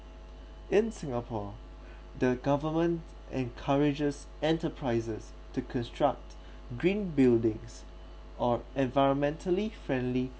in singapore the government encourages enterprises to construct green buildings or environmentally friendly